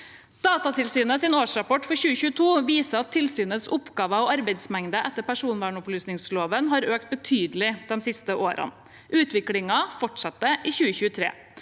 Datatilsynets årsrapport for 2022 viser at tilsynets oppgaver og arbeidsmengde etter personopplysningsloven har økt betydelig de siste årene. Utviklingen har fortsatt i 2023.